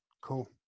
cool